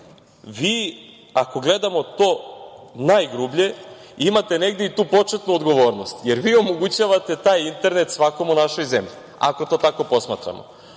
Vi, ako gledamo to najgrublje, imate negde i tu početnu odgovornost, jer vi omogućavate taj internet svakom u našoj zemlji, ako to tako posmatramo. Onda